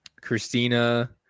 Christina